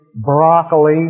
broccoli